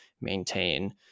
maintain